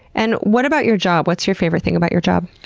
and what about your job? what's your favorite thing about your job?